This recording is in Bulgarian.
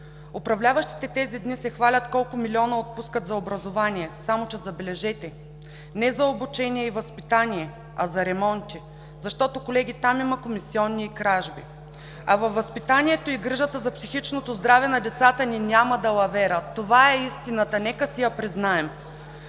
Управляващите тези дни се хвалят колко милиона отпускат за образование, само че, забележете, не за обучение и възпитание, а за ремонти, защото, колеги, там има комисиони и кражби, а във възпитанието и грижата за психичното здраве на децата ни няма далавера. Това е истината! Нека си я признаем!